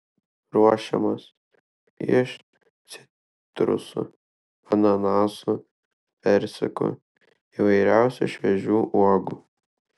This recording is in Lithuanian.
ruošiamas iš citrusų ananasų persikų įvairiausių šviežių uogų